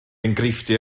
enghreifftiau